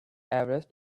everest